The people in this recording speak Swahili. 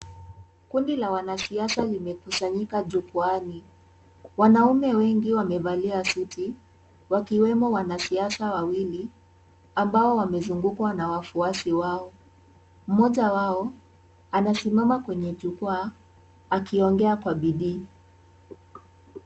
Kundi la wanasiasa limekusanyika jukwaani. Wanaume wengi wamevalia suti wakiwemo wanasiasa wawili ambao wamezungukwa na wafuasi wao. Mmoja wao anasimama kwenye jukwaa akiongea kwa bidii.